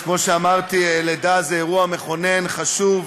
אז כמו שאמרתי, לידה זה אירוע מכונן, חשוב,